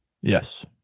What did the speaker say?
Yes